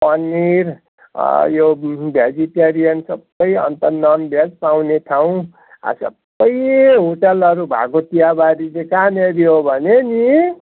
पनिर यो भेजिटेरियन सबै अन्त ननभेज पाउने ठाउँ सबै होटलहरू भएको चियाबारी चाहिँ कहाँनिर हो भने नि